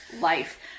life